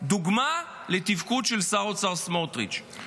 דוגמה לתפקוד של שר האוצר סמוטריץ'.